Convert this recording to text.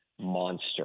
monster